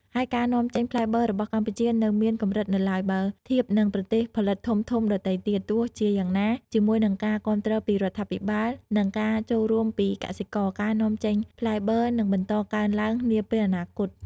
ហើយការនាំចេញផ្លែបឺររបស់កម្ពុជានៅមានកម្រិតនៅឡើយ បើធៀបនឹងប្រទេសផលិតធំៗដទៃទៀត ទោះជាយ៉ាងណា ជាមួយនឹងការគាំទ្រពីរដ្ឋាភិបាល និងការចូលរួមពីកសិករ ការនាំចេញផ្លែបឺរនឹងបន្តកើនឡើងនាពេលអនាគត។